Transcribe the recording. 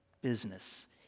business